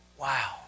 Wow